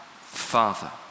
Father